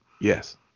Yes